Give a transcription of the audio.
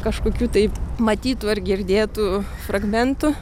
kažkokių tai matytų ar girdėtų fragmentų